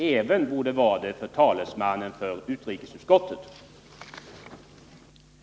Det borde även vara det för utrikesutskottets talesman.